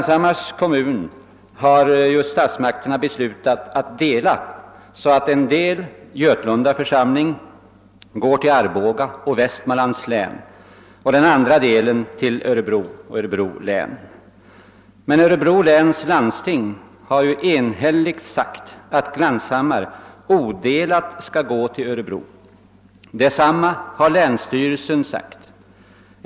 Statsmakterna har just beslutat att dela Glanshammars kommun så att en del, Götlunda församling, förs till Arboga i Västmanlands län och en annan del går till Örebro och Örebro län. Örebro läns landsting har emellertid enhälligt uttalat att Glanshammar odelat skall föras till Örebro. Detsamma har länsstyrelsen ansett.